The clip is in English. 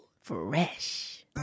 Fresh